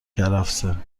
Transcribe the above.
کرفسه